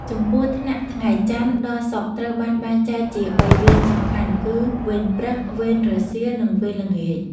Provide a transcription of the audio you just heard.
ចំពោះថ្នាក់ថ្ងៃច័ន្ទ ដល់ សុក្រ ត្រូវបានបែងចែកជា បីវេនសំខាន់ គឺ វេនព្រឹក វេនរសៀល និងវេនល្ងាច។